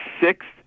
sixth